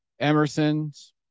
Emerson's